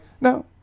no